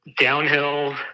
downhill